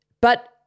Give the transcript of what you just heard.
But-